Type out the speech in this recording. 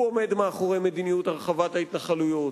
הוא עומד מאחורי מדיניות הרחבת ההתנחלויות,